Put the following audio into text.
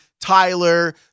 Tyler